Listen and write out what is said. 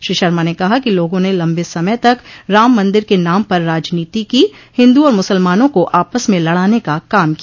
श्री शर्मा ने कहा कि लोगों ने लम्बे समय तक राम मंदिर के नाम पर राजनीति की हिन्दू और मुसलमानों को आपस में लड़ाने का काम किया